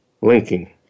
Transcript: linking